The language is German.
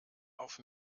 auf